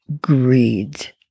greed